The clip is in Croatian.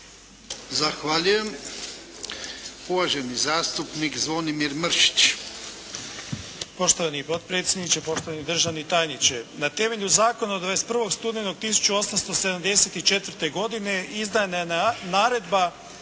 Zahvaljujem. Uvaženi zastupnik Anton Mance.